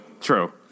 True